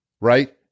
right